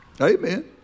amen